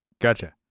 gotcha